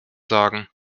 sagen